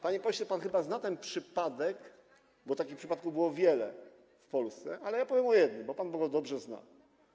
Panie pośle, pan chyba zna ten przypadek, bo takich przypadków było wiele w Polsce, ale ja powiem o jednym, bo pan go dobrze zna.